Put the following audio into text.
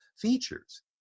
features